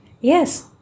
Yes